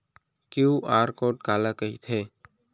QR code काला कहिथे?